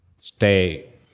stay